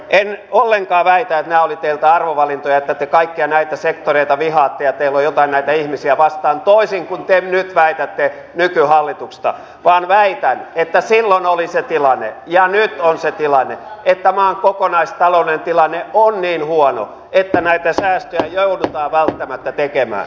en ollenkaan väitä että nämä olivat teiltä arvovalintoja että te kaikkia näitä sektoreita vihaatte ja teillä on jotain näitä ihmisiä vastaan toisin kuin te nyt väitätte nykyhallituksesta vaan väitän että silloin oli se tilanne ja nyt on se tilanne että maan kokonaistaloudellinen tilanne on niin huono että näitä säästöjä joudutaan välttämättä tekemään